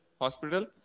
hospital